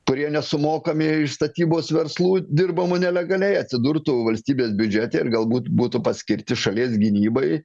kurie nesumokami iš statybos verslų dirbamų nelegaliai atsidurtų valstybės biudžete ir galbūt būtų paskirti šalies gynybai